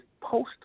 post